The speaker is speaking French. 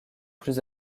plus